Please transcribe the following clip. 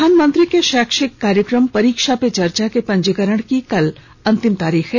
प्रधानमंत्री के शैक्षिक कार्यक्रम परीक्षा पे चर्चा के पंजीकरण की कल अंतिम तिथि है